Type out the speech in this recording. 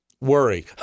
Worry